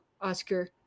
oscar